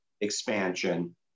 expansion